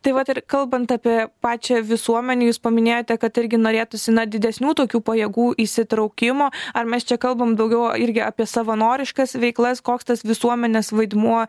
tai vat ir kalbant apie pačią visuomenę jūs paminėjote kad irgi norėtųsi na didesnių tokių pajėgų įsitraukimo ar mes čia kalbam daugiau irgi apie savanoriškas veiklas koks tas visuomenės vaidmuo